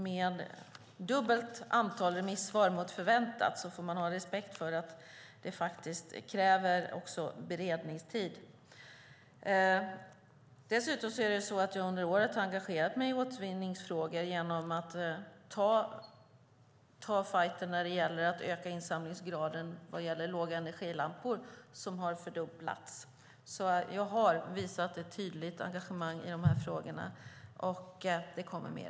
Med dubbla antalet remissvar mot det förväntade får man ha respekt för att det kräver beredningstid. Dessutom har jag under året engagerat mig i återvinningsfrågor genom att ta fajten för att öka insamlingsgraden vad gäller lågenergilampor. Där har det skett en fördubbling. Jag har visat ett tydligt engagemang i de här frågorna, och det kommer mer.